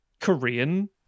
Korean